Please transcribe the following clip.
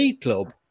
club